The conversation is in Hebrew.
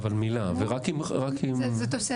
זה תוספת.